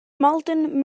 malton